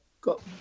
got